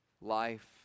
life